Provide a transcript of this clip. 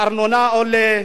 הארנונה עולה.